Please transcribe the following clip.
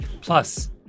Plus